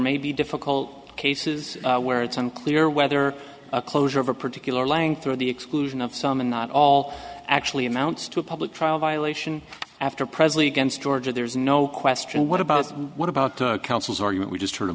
may be difficult cases where it's unclear whether a closure of a particular lang through the exclusion of some and not all actually amounts to a public trial violation after presently against georgia there is no question what about what about counsel's argument we just heard a